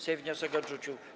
Sejm wniosek odrzucił.